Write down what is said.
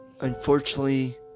unfortunately